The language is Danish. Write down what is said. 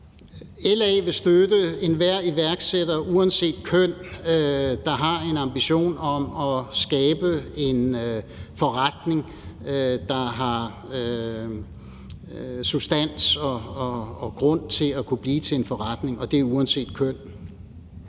LA vil støtte enhver iværksætter uanset køn, der har en ambition om at skabe en forretning, der har substans og grundlag for at kunne blive til en forretning – og det er uanset køn.